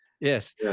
Yes